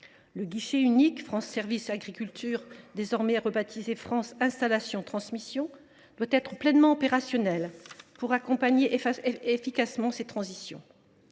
Le guichet unique France Services agriculture, désormais rebaptisé France installations transmissions, doit être pleinement opérationnel pour accompagner efficacement ces transitions.